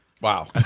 Wow